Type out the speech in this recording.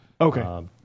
Okay